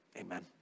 Amen